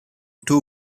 two